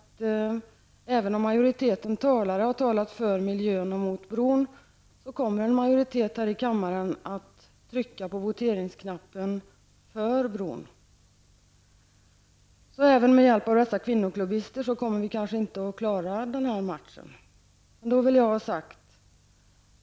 Även om majoriteten av talarna har talat för miljön och mot bron, kommer en majoritet i kammaren att trycka på voteringsknappen för bron. Även med hjälp av dessa kvinnoklubbister kommer vi kanske inte att klara den här matchen.